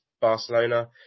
Barcelona